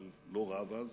אבל לא רב אז,